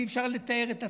אי-אפשר לתאר את הצער.